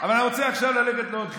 אני רוצה ללכת עכשיו לעוד חלק.